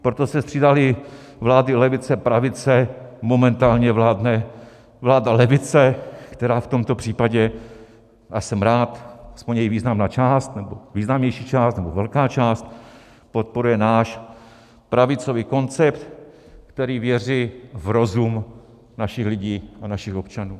Proto se střídaly vlády levice, pravice, momentálně vládne vláda levice, která v tomto případě, a jsem rád, aspoň její významná část, nebo významnější část, nebo velká část podporuje náš pravicový koncept, který věří v rozum našich lidí a našich občanů.